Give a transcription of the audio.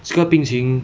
这个病情